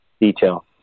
detail